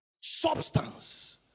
Substance